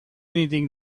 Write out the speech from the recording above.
anything